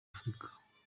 afurika